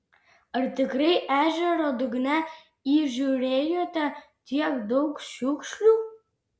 ar tikrai ežero dugne įžiūrėjote tiek daug šiukšlių